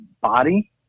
body